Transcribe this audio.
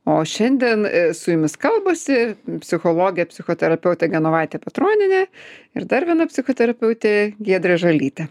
o šiandien su jumis kalbasi psichologė psichoterapeutė genovaitė petronienė ir dar viena psichoterapeutė giedrė žalytė